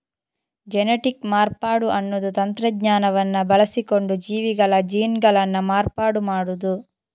genetic ಮಾರ್ಪಾಡು ಅನ್ನುದು ತಂತ್ರಜ್ಞಾನವನ್ನ ಬಳಸಿಕೊಂಡು ಜೀವಿಗಳ ಜೀನ್ಗಳನ್ನ ಮಾರ್ಪಾಡು ಮಾಡುದು